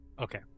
Okay